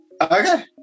Okay